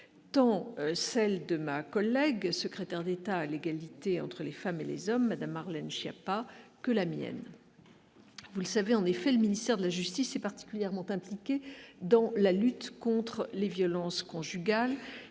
tant celle de ma collègue, secrétaire d'État à l'égalité entre les femmes et les hommes Madame Marlène Schiappa que la mienne, vous le savez, en effet, le ministère de la justice est particulièrement impliquée dans la lutte contre les violences conjugales,